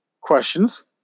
questions